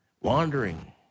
Wandering